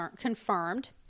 confirmed